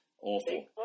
Awful